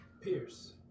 Pierce